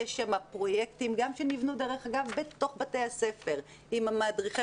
יש שם פרויקטים שגם נבנו בתוך בתי הספר עם מדריכי